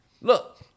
Look